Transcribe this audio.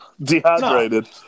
Dehydrated